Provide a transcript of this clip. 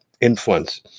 influence